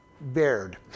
bared